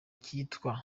cyitwa